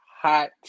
hot